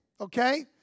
okay